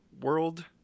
world